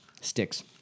Sticks